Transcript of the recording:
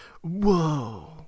Whoa